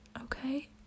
okay